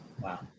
Wow